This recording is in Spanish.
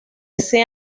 ese